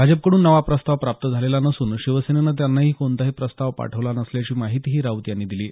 भाजपकडून नवा प्रस्ताव प्राप्त आलेला नसून शिवसेनेन त्यांनाही कोणताही प्रस्ताव पाठवला नसल्याची माहितीही राऊत यांनी दिली आहे